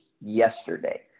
yesterday